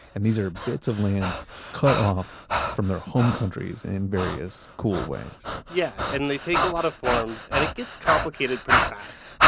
and these are bits of land cut off from their home countries in various cool ways yeah. and they take a lot of forms and it gets complicated pretty fast.